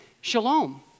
shalom